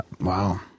Wow